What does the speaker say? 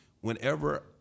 whenever